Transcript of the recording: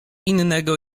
innego